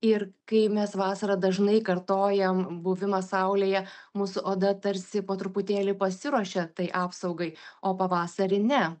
ir kai mes vasarą dažnai kartojam buvimą saulėje mūsų oda tarsi po truputėlį pasiruošia tai apsaugai o pavasarį ne